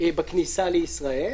בכניסה לישראל,